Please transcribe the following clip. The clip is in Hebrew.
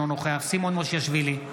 אינו נוכח סימון מושיאשוילי,